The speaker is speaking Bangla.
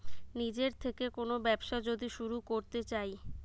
নিজের থেকে কোন ব্যবসা যদি শুরু করতে চাই